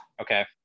Okay